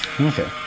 Okay